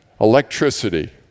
Electricity